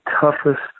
toughest